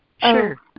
Sure